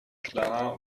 klar